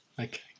Okay